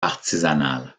artisanale